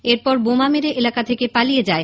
এরপর বোমা মেরে এলাকা থেকে পালিয়ে যায়